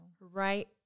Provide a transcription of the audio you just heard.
Right